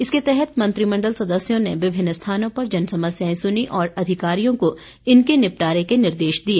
इसके तहत मंत्रिमंडल सदस्यों ने विभिन्न स्थानों पर जनसमस्याएं सुनीं और अधिकारियों को इनके निपटारे के निर्देश दिए